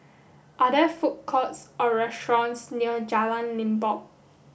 are there food courts or restaurants near Jalan Limbok